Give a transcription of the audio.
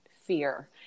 fear